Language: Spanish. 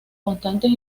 constantes